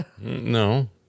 No